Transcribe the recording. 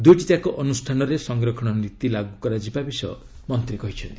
ଦୁଇଟିଯାକ ଅନୁଷ୍ଠାନରେ ସଂରକ୍ଷଣ ନୀତି ଲାଗୁ କରାଯିବା ବିଷୟ ମନ୍ତ୍ରୀ କହିଛନ୍ତି